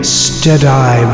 steady